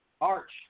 arch